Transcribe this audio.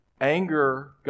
Anger